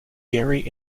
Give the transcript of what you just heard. gary